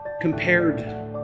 compared